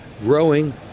growing